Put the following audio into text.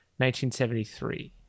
1973